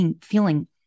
feeling